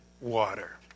water